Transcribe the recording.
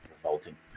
revolting